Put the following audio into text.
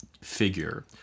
figure